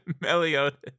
Meliodas